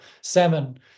salmon